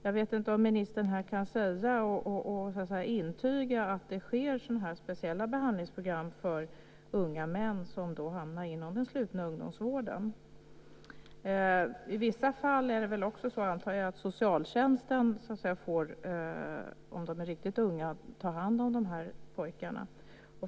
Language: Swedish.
Jag vet inte om ministern här kan säga, intyga, att det sker speciella behandlingsprogram för unga män som hamnar inom den slutna ungdomsvården. Jag antar att i vissa fall får socialtjänsten ta hand om pojkar som är riktigt unga.